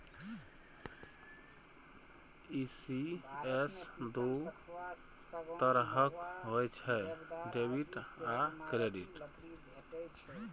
ECS दू तरहक होइ छै, डेबिट आ क्रेडिट